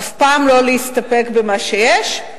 אף פעם לא להסתפק במה שיש.